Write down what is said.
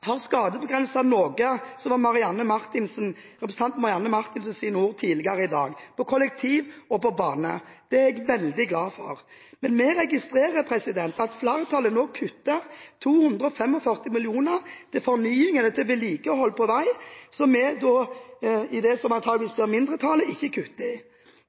har skadebegrenset noe, som representanten Marianne Marthinsens sa tidligere i dag, når det gjelder kollektiv og bane. Det er jeg veldig glad for. Men vi registrerer at flertallet nå kutter 245 mill. kr til fornying eller til vedlikehold på vei, som vi i det som antakeligvis blir mindretallet, ikke kutter i.